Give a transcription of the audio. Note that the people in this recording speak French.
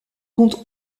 compte